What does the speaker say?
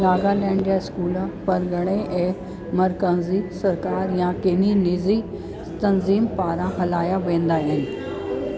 नागालैंड जा स्कूल परगिणे ऐं मरकज़ी सरकार या किन्ही निज़ी तंज़ीम पारां हलाया वेंदा आहिनि